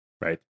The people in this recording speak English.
Right